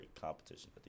competition